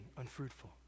unfruitful